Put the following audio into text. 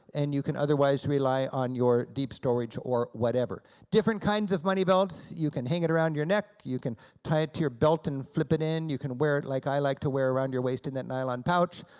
and you can otherwise rely on your deep storage or whatever. different kinds of money belts, you can hang it around your neck, you can tie it to your belt and flip it in, you can wear it like i like to wear around your waist in that nylon pouch,